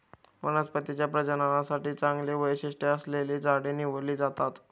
वनस्पती प्रजननासाठी चांगली वैशिष्ट्ये असलेली झाडे निवडली जातात